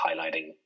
highlighting